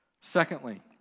Secondly